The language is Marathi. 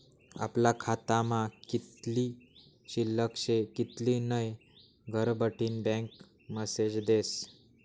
आपला खातामा कित्ली शिल्लक शे कित्ली नै घरबठीन बँक मेसेज देस